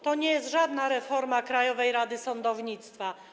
To nie jest żadna reforma Krajowej Rady Sądownictwa.